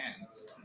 hands